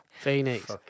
Phoenix